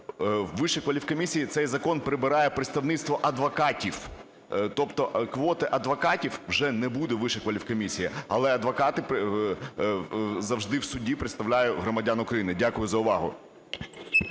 в Вищій кваліфкомісії цей закон прибирає представництво адвокатів, тобто квоти адвокатів вже не буде в Вищій кваліфкомісії, але адвокати завжди в суді представляють громадян України. Дякую за увагу.